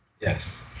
Yes